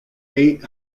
eight